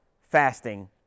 fasting